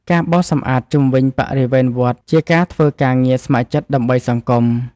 ការបោសសម្អាតជុំវិញបរិវេណវត្តជាការធ្វើការងារស្ម័គ្រចិត្តដើម្បីសង្គម។